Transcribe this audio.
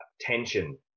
tension